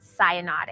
cyanotic